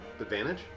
advantage